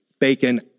bacon